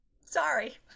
sorry